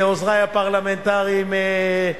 לעוזרי הפרלמנטריים,